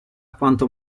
quanto